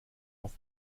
auf